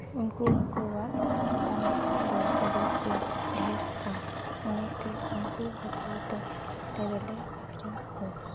ᱩᱱᱠᱩ ᱦᱟᱠᱩᱣᱟᱜ ᱫᱟᱢ ᱫᱚ ᱟᱹᱰᱤᱜᱮ ᱰᱷᱮᱨᱟ ᱚᱱᱟᱛᱮ ᱩᱱᱠᱩ ᱦᱟᱠᱩᱫᱚ ᱰᱷᱮᱨ ᱞᱮ ᱟᱹᱠᱷᱨᱤᱧ ᱠᱚᱣᱟ